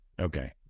okay